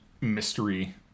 mystery